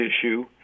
issue